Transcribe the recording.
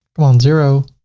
but um zero,